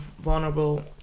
vulnerable